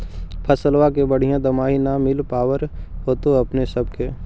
फसलबा के बढ़िया दमाहि न मिल पाबर होतो अपने सब के?